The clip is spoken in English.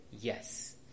Yes